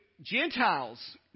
Gentiles